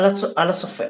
על הסופר